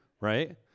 right